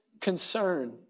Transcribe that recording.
concern